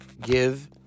Give